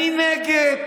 אני נגד.